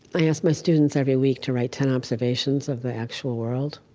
i ask my students every week to write ten observations of the actual world.